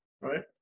right